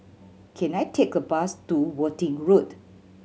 can I take a bus to Worthing Road